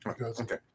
Okay